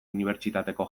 unibertsitateko